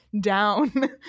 down